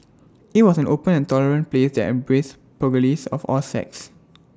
IT was an open tolerant place that embraced pugilists of all sects